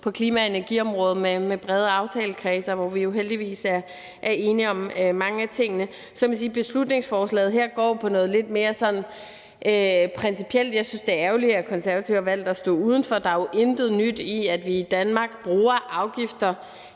på klima- og energiområdet med brede aftalekredse, og hvor vi jo heldigvis er enige om mange af tingene, mens beslutningsforslaget her går på noget lidt mere sådan principielt. Jeg synes, det er ærgerligt, at Konservative har valgt at stå udenfor. Der er jo intet nyt i, at vi i Danmark bruger afgifter